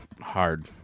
Hard